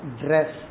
dress